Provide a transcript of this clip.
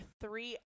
three